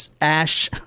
ash